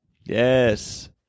yes